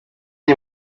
iyi